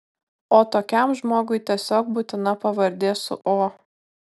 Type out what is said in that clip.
o tokiam žmogui tiesiog būtina pavardė su o